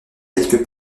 quelques